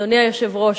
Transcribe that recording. אדוני היושב-ראש,